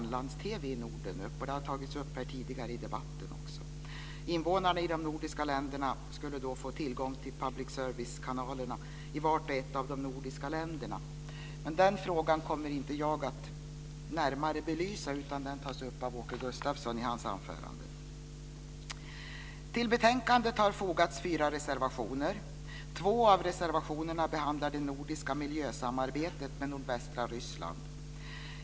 Den har också tagits upp tidigare här i debatten. Invånarna i de nordiska länderna skulle då få tillgång till public service-kanalerna i vart och ett av de nordiska länderna. Den frågan kommer jag dock inte att närmare belysa, utan den tas upp i Till betänkandet har fogats fyra reservationer. Två av reservationerna behandlar det nordiska miljösamarbetet med nordvästra Ryssland.